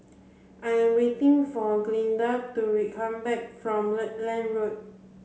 I am waiting for Glinda to come back from Rutland Road